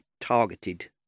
targeted